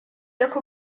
look